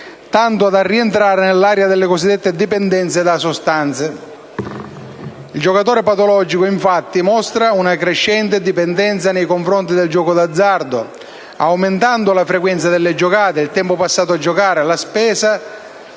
tanto da rientrare nell'area delle cosiddette dipendenze da sostanze. Il giocatore patologico, infatti, mostra una crescente dipendenza nei confronti del gioco d'azzardo, aumentando la frequenza delle giocate, il tempo passato a giocare, la somma